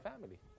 family